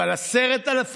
אבל 10,000?